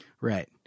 Right